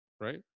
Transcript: right